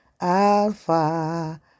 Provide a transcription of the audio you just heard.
Alpha